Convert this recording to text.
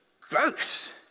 gross